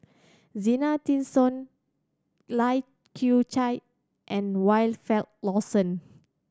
Zena Tessensohn Lai Kew Chai and Wilfed Lawson